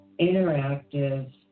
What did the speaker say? interactive